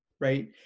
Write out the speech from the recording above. Right